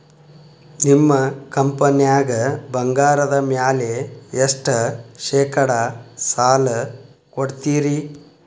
ನಿಮ್ಮ ಕಂಪನ್ಯಾಗ ಬಂಗಾರದ ಮ್ಯಾಲೆ ಎಷ್ಟ ಶೇಕಡಾ ಸಾಲ ಕೊಡ್ತಿರಿ?